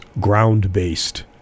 ground-based